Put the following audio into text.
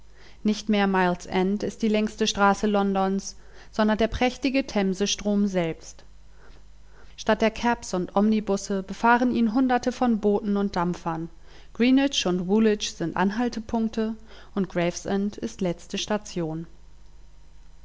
nicht mehr miles end ist die längste straße londons sondern der prächtige themsestrom selbst statt der cabs und omnibusse befahren ihn hunderte von booten und dampfern greenwich und woolwich sind anhaltepunkte und gravesend ist letzte station